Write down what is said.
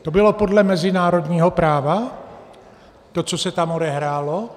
To bylo podle mezinárodního práva, to, co se tam odehrálo?